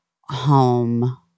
home